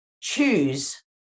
choose